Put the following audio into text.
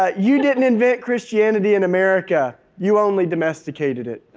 ah you didn't invent christianity in america. you only domesticated it.